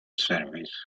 surveys